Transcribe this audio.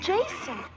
Jason